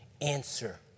answer